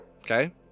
Okay